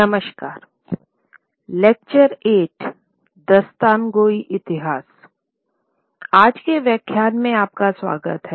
नमस्कार आज के व्याख्यान में आपका स्वागत है